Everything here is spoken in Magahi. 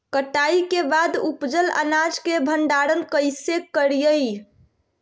कटाई के बाद उपजल अनाज के भंडारण कइसे करियई?